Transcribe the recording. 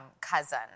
cousin